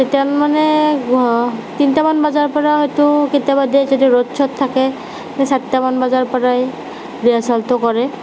তেতিয়া মানে তিনিটা মান বজাৰ পৰা হয়তো কেতিয়াবা দে যদি ৰ'দ চ'ত থাকে চাৰিটামান বজাৰ পৰাই ৰিহাৰ্চেলটো কৰে